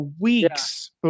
weeks